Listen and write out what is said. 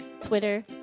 Twitter